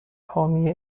حامی